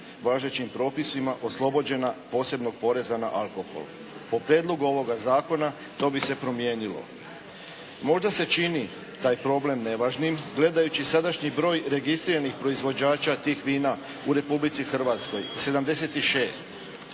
važećim propisima oslobođena posebnog poreza na alkohol. Po prijedlogu ovoga Zakona to bi se promijenilo. Možda se čini taj problem nevažnim gledajući sadašnji broj registriranih proizvođača tih vina u Republici Hrvatskoj 76.